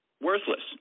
Worthless